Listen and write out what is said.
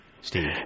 Steve